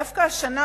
דווקא השנה,